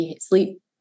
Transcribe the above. sleep